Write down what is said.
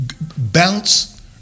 bounce